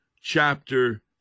chapter